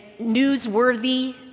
newsworthy